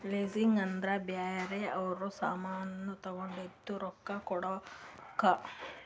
leasing ಅಂದುರ್ ಬ್ಯಾರೆ ಅವ್ರ ಸಾಮಾನ್ ತಗೊಂಡಿದ್ದುಕ್ ರೊಕ್ಕಾ ಕೊಡ್ಬೇಕ್